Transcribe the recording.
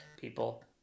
people